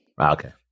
Okay